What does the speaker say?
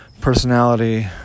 personality